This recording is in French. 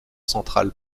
centrale